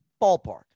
Ballpark